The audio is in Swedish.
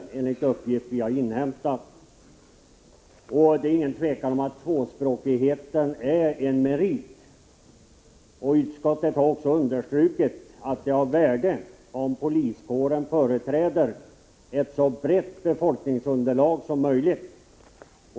Det råder inget tvivel om att tvåspråkighet är en merit. Utskottet har även understrukit att det är av värde att poliskåren företräder ett så brett befolkningsunderlag som möjligt.